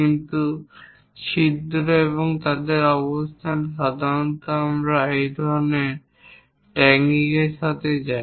কিন্তু ছিদ্র এবং তাদের অবস্থান সাধারণত আমরা এই ধরনের ট্যাগিংয়ের সাথে যাই